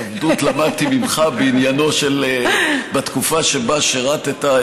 עבדות למדתי ממך בתקופה שבה שירתָּ את